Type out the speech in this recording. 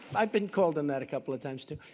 i've been called on that a couple of times too.